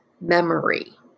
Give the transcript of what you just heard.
memory